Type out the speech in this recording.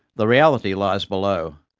the reality lies below,